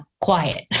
quiet